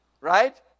Right